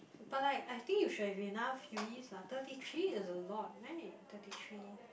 but like I think you should have enough U_Es lah thirty three is a lot right thirty three